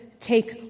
take